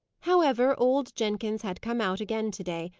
however, old jenkins had come out again to-day,